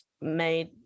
made